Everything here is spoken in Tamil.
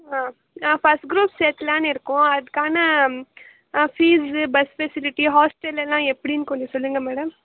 ஆ நான் ஃபர்ஸ்ட் குரூப் சேர்க்கலான்னு இருக்கோம் அதுக்கான ஃபீஸு பஸ் ஃபெசிலிட்டி ஹாஸ்டல் எல்லாம் எப்படின்னு கொஞ்சம் சொல்லுங்கள் மேடம்